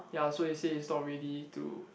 ya so he say he's not ready to